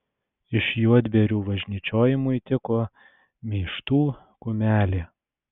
iš juodbėrių važnyčiojimui tiko meištų kumelė